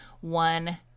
one